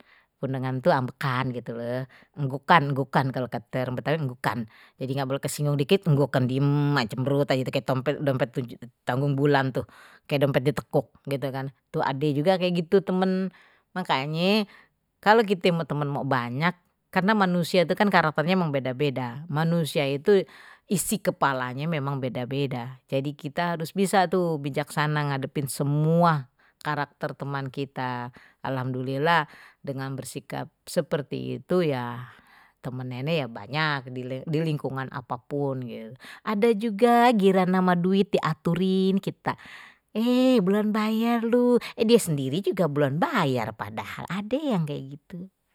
Benengan ntu ambekan gitu loh enggukan enggukan kalo kate orang betawi enggukan jadi ga boleh kesinggung dikit nggukukan, diem aje, cemberut aje kayak dompet tanggung bulan tu. kayak dompet ditekuk, kayak gitu kan, tu ade juga yang kayak gitu temen, makanye kalau kite mau teman mau banyak karena manusia itu kan karakternya memang beda-beda manusia itu isi kepalanya memang beda-beda jadi kita harus bisa tuh bijaksana ngadepin semua karakter teman kita alhamdulillah dengan bersikap seperti itu ya teman nenek ya banyak di lingkungan apapun gitu ada juga giliran ama duit diaturin kita eh bulan bayar lu eh dia sendiri juga bulan bayar padahal ade yang kayak gitu.